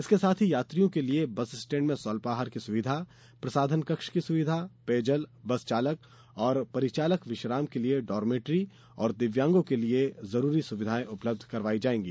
इसके साथ ही यात्रियों के लिये बस स्टैण्ड में स्वल्पाहार की सुविधा प्रसाधन कक्ष की सुविधा पेयजल बस चालक एवं परिचालक विश्राम के लिये डोरमेट्री और दिव्यांगों के लिये जरूरी सुविधाएँ उपलब्ध करवाई जायेंगी